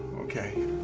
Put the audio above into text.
okay.